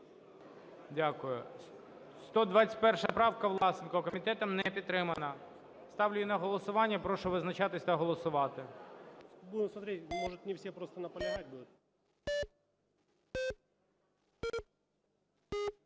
Дякую. 121 правка, Власенко. Комітетом не підтримана. Ставлю її на голосування і прошу визначатись та голосувати.